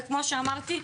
וכמו שאמרתי,